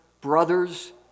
brothers